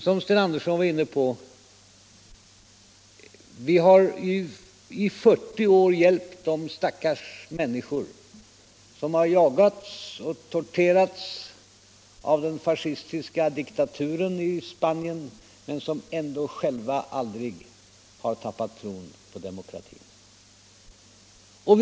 Som Sten Andersson var inne på har vi i 40 år hjälpt de stackars människor som jagats och torterats av den fascistiska diktaturen i Spanien men som själva ändå aldrig tappat tron på demokratin.